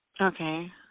Okay